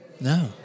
No